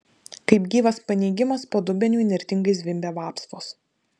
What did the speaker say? kaip gyvas paneigimas po dubeniu įnirtingai zvimbė vapsvos